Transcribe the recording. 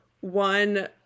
one